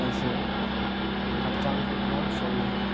ꯑꯩꯁꯦ ꯍꯛꯆꯥꯡꯁꯨ ꯌꯥꯝ ꯁꯣꯛꯏ